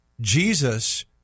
Jesus